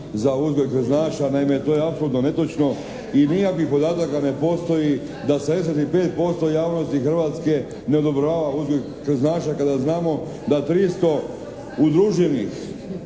za uzgoj krznaša. Naime, to je apsolutno netočno i nikakvih podataka ne postoji da 75% javnosti Hrvatske ne odobrava uzgoj krznaša kada znamo da 300 udruženih,